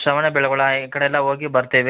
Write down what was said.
ಶ್ರವಣ ಬೆಳಗೋಳ ಈ ಕಡೆಯೆಲ್ಲ ಹೋಗಿ ಬರ್ತೇವೆ